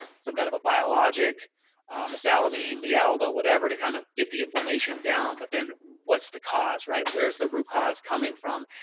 some kind of a biologic um salomina, allah, ah and whatever to kind of get the inflammation down. but then what's the cause? right? where's the root cause coming from?